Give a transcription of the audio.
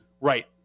Right